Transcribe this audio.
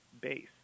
base